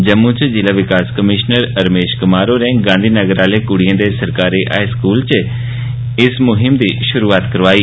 जम्मू च जिला विकास कमीषनर रमेष कुमार होरे गांधी नगर आले कुड़िए दे सरकारी हाई स्कूल च कल इस मुहिम दी षुरूआत करोआई